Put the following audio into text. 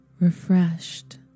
refreshed